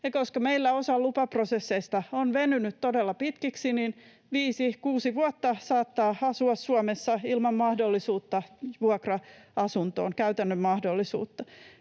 koska meillä osa lupaprosesseista on venynyt todella pitkiksi, 5—6 vuotta saattaa asua Suomessa ilman käytännön mahdollisuutta vuokra-asuntoon.